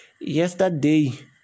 Yesterday